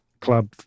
club